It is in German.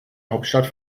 hauptstadt